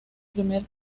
primer